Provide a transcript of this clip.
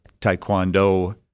Taekwondo